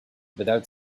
without